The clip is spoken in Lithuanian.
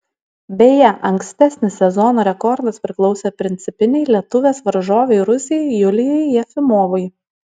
beje ankstesnis sezono rekordas priklausė principinei lietuvės varžovei rusei julijai jefimovai